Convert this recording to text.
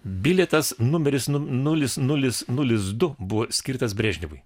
bilietas numeris nulis nulis nulis du buvo skirtas brežnevui